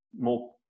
more